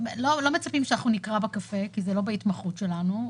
לא מצפים שאנחנו נקרא בקפה כי זה לא בהתמחות שלנו,